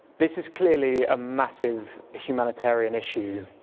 this is clearly a massive humanitarian issue,